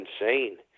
insane